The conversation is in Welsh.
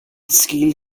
sgil